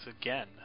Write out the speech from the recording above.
again